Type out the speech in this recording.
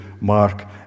mark